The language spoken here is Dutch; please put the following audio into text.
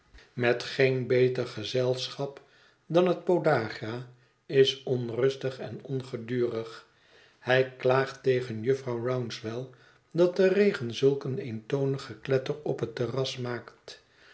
te geen beter gezelschap dan het podagra is onrustig en ongedurig hij klaagt tegen jufvrouw rouncewell dat de regen zulk een eentonig gekletter op het terras maakt